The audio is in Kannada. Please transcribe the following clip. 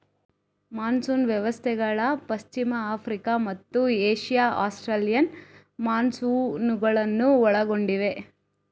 ಮಾನ್ಸೂನ್ ವ್ಯವಸ್ಥೆಗಳು ಪಶ್ಚಿಮ ಆಫ್ರಿಕಾ ಮತ್ತು ಏಷ್ಯಾ ಆಸ್ಟ್ರೇಲಿಯನ್ ಮಾನ್ಸೂನುಗಳನ್ನು ಒಳಗೊಂಡಿವೆ